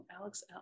Alex